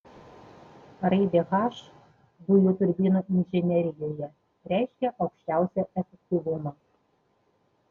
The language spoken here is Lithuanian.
raidė h dujų turbinų inžinerijoje reiškia aukščiausią efektyvumą